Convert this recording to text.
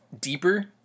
deeper